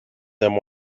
them